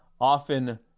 often